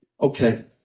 okay